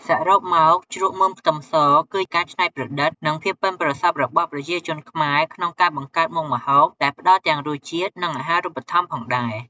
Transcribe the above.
សរុបមក ជ្រក់មើមខ្ទឹមស គឺការច្នៃប្រឌិត និងភាពប៉ិនប្រសប់របស់ប្រជាជនខ្មែរក្នុងការបង្កើតមុខម្ហូប ដែលផ្តល់ទាំងរសជាតិ និងអាហារូបត្ថម្ភផងដែរ។